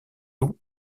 loups